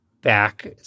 back